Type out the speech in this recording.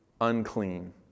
unclean